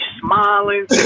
smiling